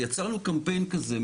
ויצרנו קמפיין כזה,